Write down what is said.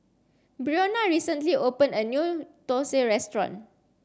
Breonna recently opened a new Dosa restaurant